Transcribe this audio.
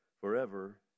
forever